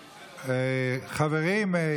חברים.